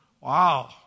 Wow